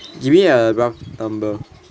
give me a rough number